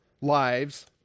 lives